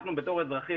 אנחנו כאזרחים,